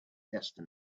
destiny